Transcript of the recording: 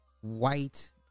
white